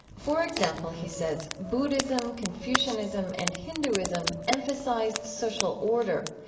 for example, he says, buddhism, confucianism and hinduism emphasize social order.